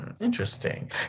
interesting